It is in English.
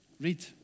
Read